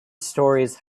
stories